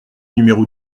numéro